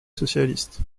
socialiste